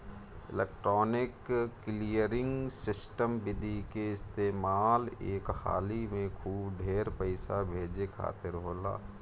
electronic clearing system विधि के इस्तेमाल एक हाली में खूब ढेर पईसा भेजे खातिर होला